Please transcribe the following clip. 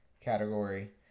Category